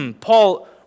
Paul